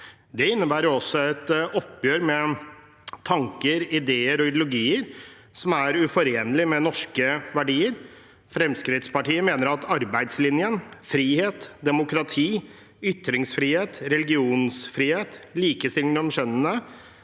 Det innebærer også et oppgjør med tanker, ideer og ideologier som er uforenlige med norske verdier. Fremskrittspartiet mener at arbeidslinjen, frihet, demokrati, ytringsfrihet, religionsfrihet, likestilling mellom kjønnene,